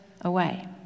away